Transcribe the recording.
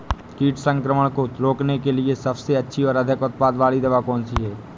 कीट संक्रमण को रोकने के लिए सबसे अच्छी और अधिक उत्पाद वाली दवा कौन सी है?